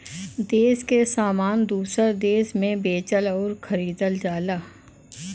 देस के सामान दूसर देस मे बेचल अउर खरीदल जाला